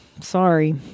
Sorry